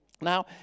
Now